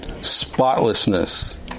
spotlessness